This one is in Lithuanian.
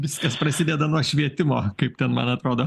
viskas prasideda nuo švietimo kaip ten man atrodo